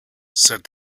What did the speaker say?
said